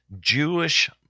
Jewish